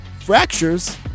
Fractures